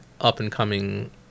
up-and-coming